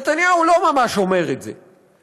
נתניהו לא ממש אומר את זה,